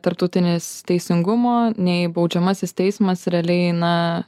tarptautinis teisingumo nei baudžiamasis teismas realiai na